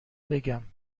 بگم